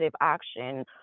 action